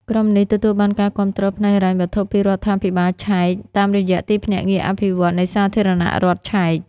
ក្រុមនេះទទួលបានការគាំទ្រផ្នែកហិរញ្ញវត្ថុពីរដ្ឋាភិបាលឆែក តាមរយៈទីភ្នាក់ងារអភិវឌ្ឍន៍នៃសាធារណរដ្ឋឆែក។